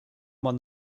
more